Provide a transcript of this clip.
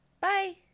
Bye